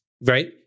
right